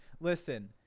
listen